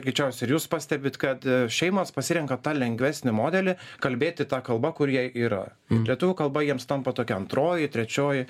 greičiausiai ir jūs pastebit kad šeimos pasirenka tą lengvesnį modelį kalbėti ta kalba kur jie yra lietuvių kalba jiems tampa tokia antroji trečioji